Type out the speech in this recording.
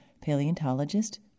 paleontologist